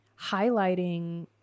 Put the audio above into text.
highlighting